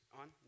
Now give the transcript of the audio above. on